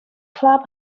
club